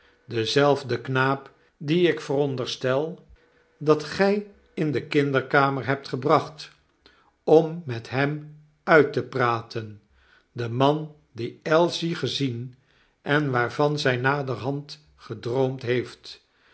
dezelfde knaap dien ik vooronderstel dat gij in de kinderkamer hebt gebracht om met hem uit te praten de man dien ailsie gezien en waarvan zy naderhand gedroomd heeft